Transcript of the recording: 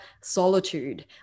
solitude